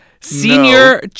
Senior